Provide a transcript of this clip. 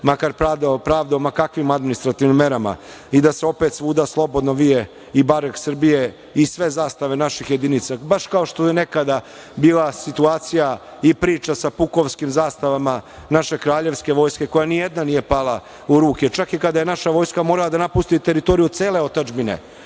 makar pravdao ma kakvim administrativnim merama i da se opet svuda slobodno vije i barjak Srbije i sve zastave naših jedinica, baš kao što je nekada bila situacija i priča sa pukovskim zastavama naše kraljevske vojske koja ni jedna nije pala u ruke, čak i kada je naša vojska morala da napusti teritoriju cele otadžbine,